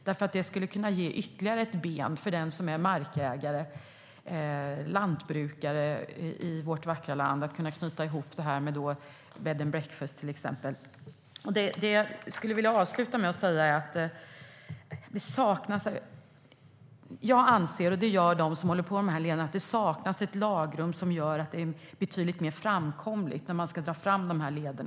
Det skulle ge markägare, exempelvis lantbrukare, i vårt vackra land ytterligare ett ben att stå på om de kunde knyta ihop med till exempel bed and breakfast. Jag och de som håller på med detta anser att det saknas ett lagrum som ökar framkomligheten för dessa leder.